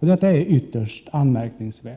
Detta är ytterst anmärkningsvärt.